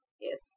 Yes